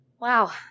Wow